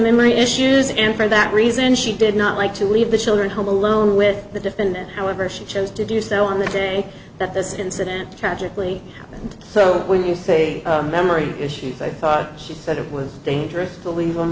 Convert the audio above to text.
memory issues and for that reason she did not like to leave the children home alone with the defendant however she chose to do so on the day that this incident tragically and so when you say memory issues i thought she said it was dangerous to leave